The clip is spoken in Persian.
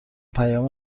پیام